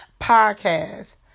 podcast